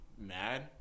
mad